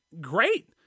great